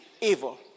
evil